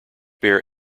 bear